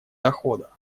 дохода